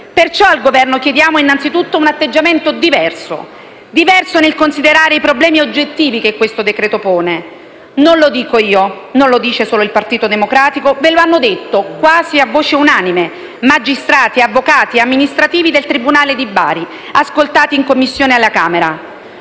Per ciò innanzitutto chiediamo al Governo un atteggiamento diverso nel considerare i problemi oggettivi che il decreto-legge pone. Non lo dico io, non lo sostiene solo il Partito Democratico; ve lo hanno detto, quasi a voce unanime, magistrati, avvocati e amministrativi del tribunale di Bari ascoltati in Commissione alla Camera.